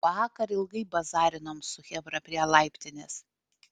vakar ilgai bazarinom su chebra prie laiptinės